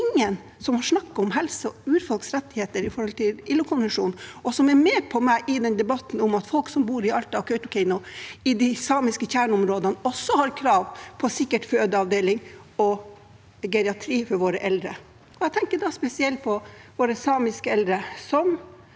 ingen som snakker om helse og urfolks rettigheter i forhold til ILO-konvensjonen, og som er med meg i den debatten om at folk som bor i Alta og Kautokeino, i de samiske kjerneområdene, også har krav på å sikre fødeavdeling og geriatri for våre eldre. Jeg tenker da spesielt på våre samiske eldre som